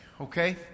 okay